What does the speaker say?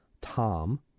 Tom